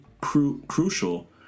crucial